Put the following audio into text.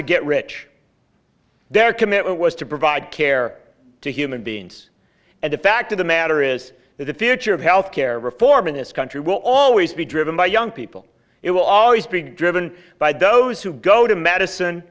to get rich their commitment was to provide care to human beings and the fact of the matter is that the future of health care reform in this country will always be driven by young people it will always be driven by those who go to medi